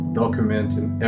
documenting